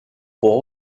pour